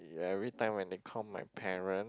every time when they call my parents